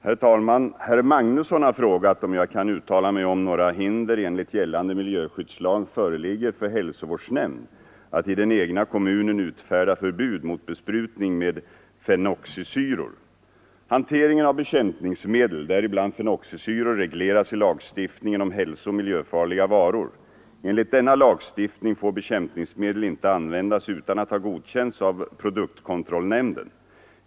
Herr talman! Herr Magnusson i Kristinehamn har frågat om jag kan uttala mig om några hinder enligt gällande miljöskyddslag föreligger för hälsovårdsnämnd att i den egna kommunen utfärda förbud mot Jfenoxisyror besprutning med fenoxisyror. Hanteringen av bekämpningsmedel, däribland fenoxisyror, regleras i lagstiftningen om hälsooch miljöfarliga varor. Enligt denna lagstiftning får bekämpningsmedel inte användas utan att ha godkänts av produktkontrollnämnden.